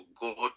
God